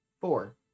Four